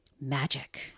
magic